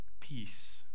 peace